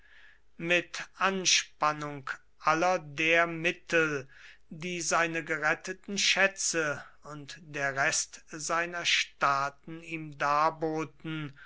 mit anspannung aller der mittel die seine geretteten schätze und der rest seiner staaten ihm